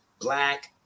black